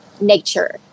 nature